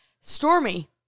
Stormy